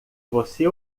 você